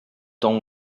temps